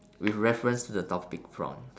with reference to the topic prompts